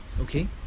okay